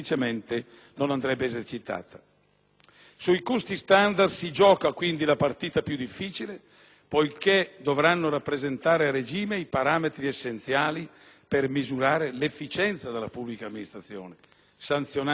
Sui costi standard si gioca quindi la partita più difficile poiché dovranno rappresentare a regime i parametri essenziali per misurare l'efficienza della pubblica amministrazione, sanzionando la eventuale inefficienza.